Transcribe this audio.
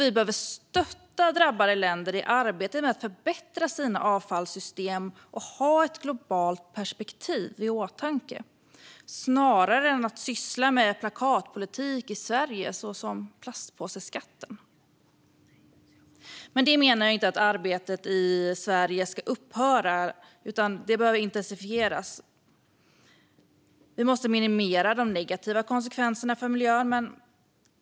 Vi behöver stötta drabbade länder i deras arbete med att förbättra sina avfallssystem och ha det globala perspektivet i åtanke snarare än att syssla med plakatpolitik som plastpåseskatten i Sverige. Med det menar jag inte att arbetet i Sverige ska upphöra. Det behöver snarare intensifieras, och vi måste minimera de negativa konsekvenserna för miljön.